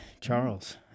Charles